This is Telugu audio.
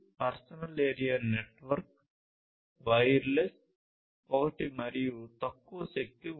పర్సనల్ ఏరియా నెట్వర్క్ వైర్లెస్ ఒకటి మరియు తక్కువ శక్తి ఉంది